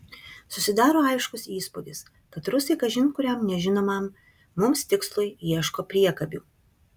susidaro aiškus įspūdis kad rusai kažin kuriam nežinomam mums tikslui ieško priekabių